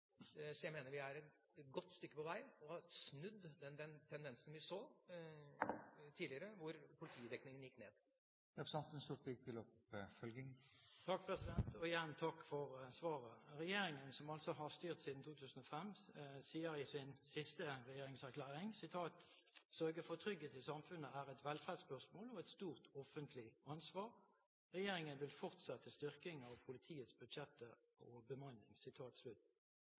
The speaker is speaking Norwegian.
Så jeg mener vi er et godt stykke på vei, og at vi har snudd den tendensen vi så tidligere, at politidekningen gikk ned. Igjen takk for svaret. Regjeringen, som altså har styrt siden 2005, sier i sin siste regjeringserklæring: «Å sørge for trygghet i samfunnet er et velferdsspørsmål, og et stort offentlig ansvar.» Og videre: «Regjeringen vil fortsette styrkingen av politiets budsjetter og bemanning.»